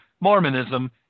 Mormonism